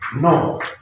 No